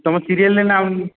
ତମ ସିରିଏଲ୍